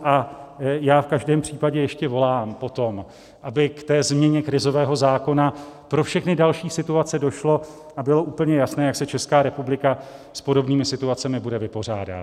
A já v každém případě ještě volám po tom, aby k té změně krizového zákona pro všechny další situace došlo a bylo úplně jasné, jak se Česká republika s podobnými situacemi bude vypořádávat.